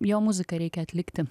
jo muziką reikia atlikti